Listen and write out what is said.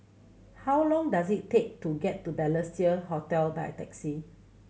how long does it take to get to Balestier Hotel by taxi